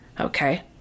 okay